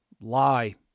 lie